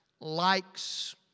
likes